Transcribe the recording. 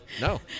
No